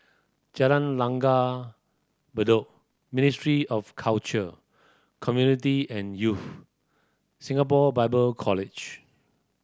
Jalan Langgar Bedok Ministry of Culture Community and Youth Singapore Bible College